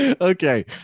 okay